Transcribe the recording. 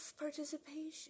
participation